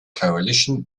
coalition